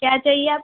کیا چاہیے آپ کو